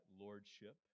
lordship